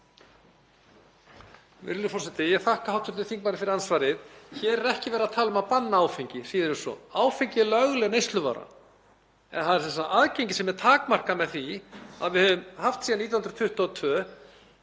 Virðulegur forseti. Ég þakka hv. þingmanni fyrir andsvarið. Hér er ekki verið að tala um að banna áfengi, síður en svo. Áfengi er lögleg neysluvara. Það er aðgengi sem er takmarkað með því að við höfum haft síðan 1922